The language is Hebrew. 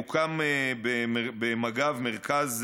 הוקם במג"ב מרכז,